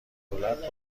دولت